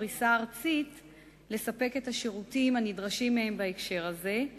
הפריסה הארצית לספק את השירותים הנדרשים מהם בהקשר הזה,